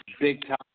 big-time